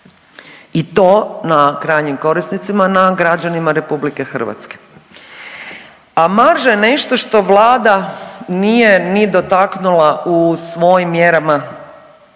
i to na krajnjim korisnicima, na građanima RH. A marža je nešto što vlada nije ni dotaknula u svojim mjerama